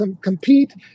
compete